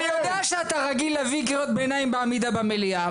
אני יודע שאתה רגיל להביא קריאות ביניים בעמידה במליאה,